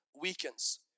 weakens